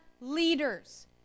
leaders